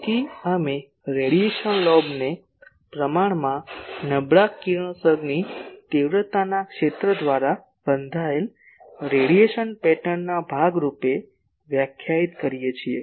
તેથી અમે રેડિયેશન લોબને પ્રમાણમાં નબળા કિરણોત્સર્ગની તીવ્રતાના ક્ષેત્ર દ્વારા બંધાયેલ રેડિયેશન પેટર્નના ભાગ રૂપે વ્યાખ્યાયિત કરીએ છીએ